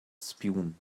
spume